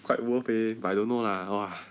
quite worth eh but I don't know lah !wah!